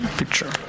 picture